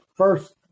First